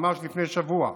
ממש לפני שבוע.